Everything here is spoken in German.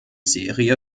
serie